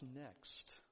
next